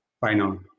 final